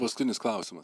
paskutinis klausimas